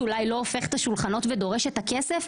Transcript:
שאולי לא הופך את השולחנות ודורש את הכסף,